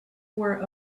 were